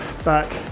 back